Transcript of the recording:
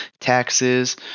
taxes